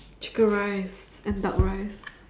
chicken rice and duck rice